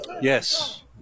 Yes